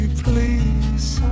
please